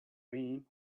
rim